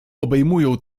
obejmują